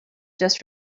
just